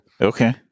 Okay